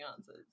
answers